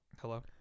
Hello